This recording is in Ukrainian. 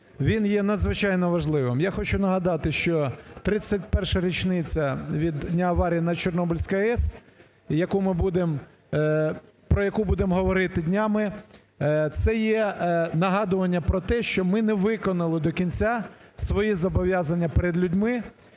він є надзвичайно важливим. Я хочу нагадати, що 31 річниця від дня аварії на Чорнобильській АЕС, яку ми будемо… про яку будем говорити днями, це є нагадування про те, що ми не виконали до кінця свої зобов'язання перед людьми,